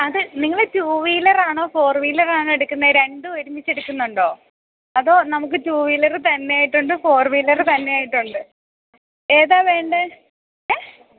അത് നിങ്ങൾ റ്റൂ വീലറാണോ ഫോർ വീലറാണോ എടുക്കുന്നത് രണ്ടു ഒരുമിച്ചെടുക്കുന്നുണ്ടോ അതോ നമുക്ക് റ്റൂ വീലർ തന്നായിട്ടുണ്ട് ഫോർ വീലർ തന്നായിട്ടുണ്ട് ഏതാണ് വേണ്ടത് എ